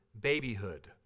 babyhood